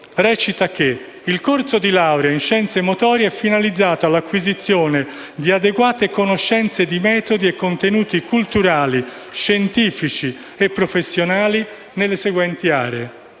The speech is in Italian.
recita che: il corso di laurea in scienze motorie è finalizzato all'acquisizione di adeguate conoscenze di metodi e contenuti culturali, scientifici e professionali nelle seguenti aree: